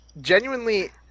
genuinely